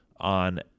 on